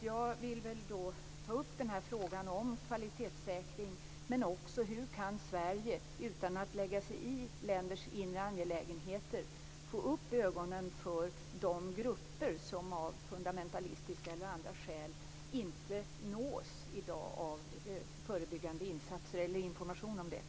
Jag vill alltså ta upp frågan om kvalitetssäkring, men också frågan om hur Sverige, utan att lägga sig i länders inre angelägenheter, kan få upp deras ögon för de grupper som av fundamentalistiska eller andra skäl i dag inte nås av förebyggande insatser eller information om detta.